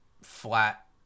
flat